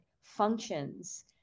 functions